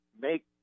make